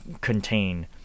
contain